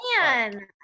Man